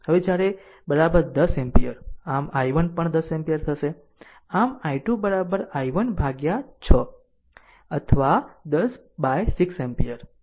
હવે જ્યારે 10 એમ્પીયર આમ i1 પણ 10 એમ્પીયર થશે આમ i2 i1 ભાગ્યા 6 અથવા 10 બાય 6 એમ્પીયર છે